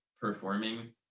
performing